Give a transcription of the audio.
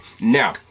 now